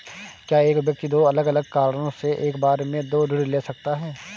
क्या एक व्यक्ति दो अलग अलग कारणों से एक बार में दो ऋण ले सकता है?